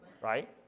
right